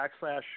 backslash